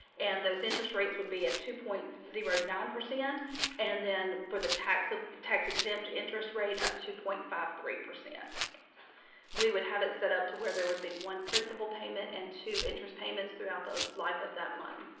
and those interest rates would be at two point zero nine. and then for the tax of tax exempt interest rate of two point five three. we would have it set up to where there would be one principal payment and two interest payments throughout the life of that loan.